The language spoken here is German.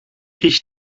ich